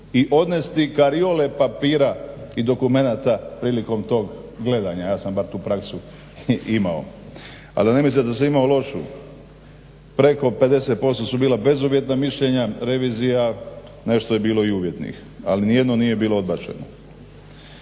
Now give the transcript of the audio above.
i odnesti kariole papira i dokumenata prilikom tog gledanja, ja sam bar tu praksu imao, a da ne mislite da sam imao lošu, preko 50% su bila bezuvjetna mišljenja revizija, nešto je bilo i uvjetnih, ali nijedno nije bilo odbačeno.